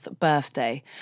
birthday